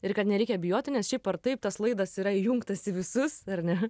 ir kad nereikia bijoti nes šiaip ar taip tas laidas yra įjungtas į visus ar ne